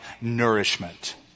nourishment